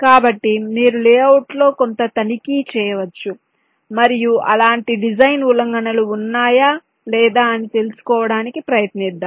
కాబట్టి మీరు లేఅవుట్లో కొంత తనిఖీ చేయవచ్చు మరియు అలాంటి డిజైన్ ఉల్లంఘనలు ఉన్నాయా లేదా అని తెలుసుకోవడానికి ప్రయత్నిద్దాము